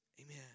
Amen